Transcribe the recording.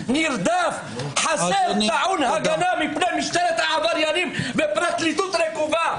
חסר טיעון הגנה מפני משטרת העבריינים ופרקליטות רקובה.